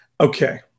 okay